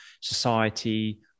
society